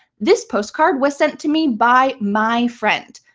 this postcard was sent to me by my friend.